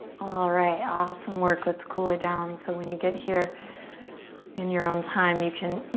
alright, awesome work. let's cool it down. so when you get here in your own time you can